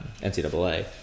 NCAA